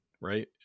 right